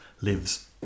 lives